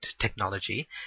technology